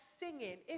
singing